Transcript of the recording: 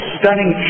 stunning